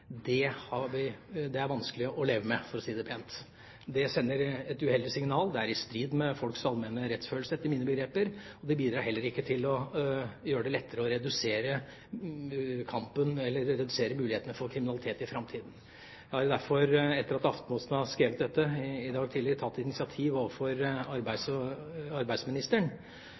det er vanskelig å leve med, for å si det pent. Det sender et uheldig signal, det er etter mine begreper i strid med folks alminnelige rettsfølelse, og det bidrar heller ikke til å gjøre det lettere å redusere mulighetene for kriminalitet i framtida. Jeg har derfor, etter at Aftenposten skrev om dette, i dag tidlig tatt initiativ overfor arbeidsministeren og